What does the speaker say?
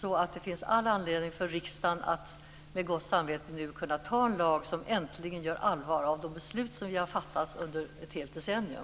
är så väl genomarbetat att det finns all anledning för riksdagen att nu med gott samvete fatta beslut om en lag som äntligen gör allvar av beslut som fattats under ett helt decennium.